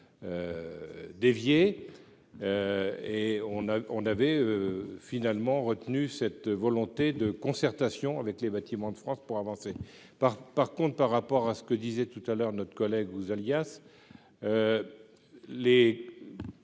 et on a, on avait finalement retenu cette volonté de concertation avec les Bâtiments de France pour avancer par, par contre, par rapport à ce que disait tout à l'heure notre collègue vous alias les